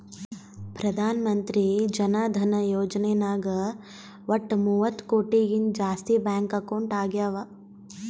ಪ್ರಧಾನ್ ಮಂತ್ರಿ ಜನ ಧನ ಯೋಜನೆ ನಾಗ್ ವಟ್ ಮೂವತ್ತ ಕೋಟಿಗಿಂತ ಜಾಸ್ತಿ ಬ್ಯಾಂಕ್ ಅಕೌಂಟ್ ಆಗ್ಯಾವ